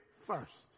first